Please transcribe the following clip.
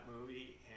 movie